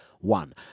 one